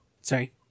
Sorry